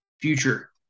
future